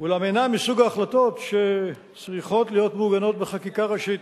אולם אינה מסוג ההחלטות שצריכות להיות מעוגנות בחקיקה ראשית.